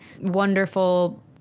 wonderful